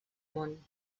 món